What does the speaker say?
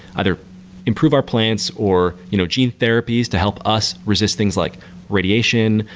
either improve our plants or you know gene therapies to help us resist things like radiation,